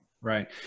Right